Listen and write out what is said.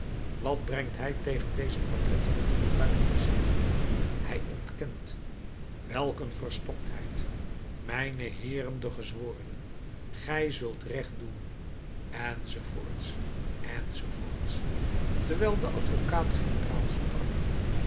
wat brengt hij tegen deze verpletterende getuigenis in hij ontkent welk een verstoktheid mijne heeren de gezworenen gij zult recht doen enz enz terwijl de advocaat-generaal sprak